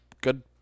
Good